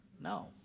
No